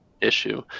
issue